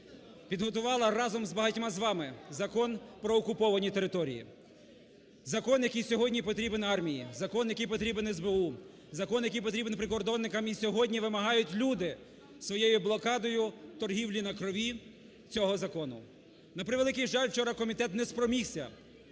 підготувала, разом з багатьма з вами, Закон про окуповані території, закон, який сьогодні потрібен армії, закон, який потрібен СБУ, закон, який потрібен прикордонникам і сьогодні вимагають люди своєю блокадою торгівлі на крові цього закону. На превеликий жаль, вчора комітет не спромігся